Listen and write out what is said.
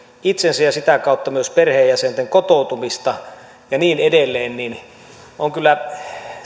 itsensä ja ja sitä kautta myös perheenjäsenten kotoutumista ja niin edelleen niin on kyllä